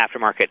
aftermarket